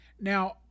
Now